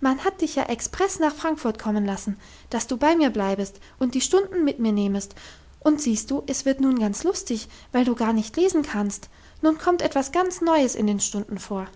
man hat dich ja express nach frankfurt kommen lassen dass du bei mir bleibest und die stunden mit mir nehmest und siehst du es wird nun ganz lustig weil du gar nicht lesen kannst nun kommt etwas ganz neues in den stunden vor